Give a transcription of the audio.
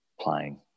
playing